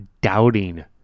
doubting